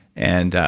and,